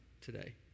today